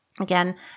again